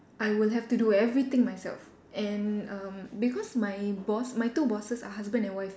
I will have to do everything myself and erm because my boss my two bosses are husband and wife